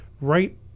right